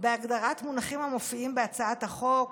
בהגדרת מונחים שמופיעים בהצעת החוק